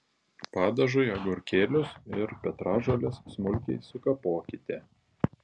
padažui agurkėlius ir petražoles smulkiai sukapokite